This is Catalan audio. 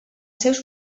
seus